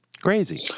Crazy